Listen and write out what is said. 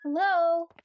Hello